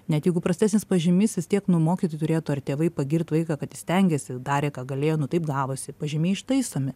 net jeigu prastesnis pažymys vis tiek nu mokytojai turėtų ar tėvai pagirt vaiką kad jis stengėsi darė ką galėjo nu taip gavosi pažymiai ištaisomi